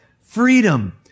freedom